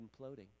imploding